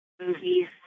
movies